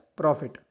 profit